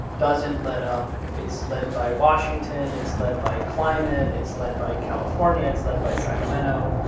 doesn't let up. it's led by washington. it's led by climate. it's led by california. it's led by sacramento.